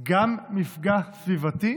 גם מפגע סביבתי